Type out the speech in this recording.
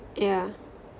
yeah